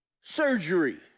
surgery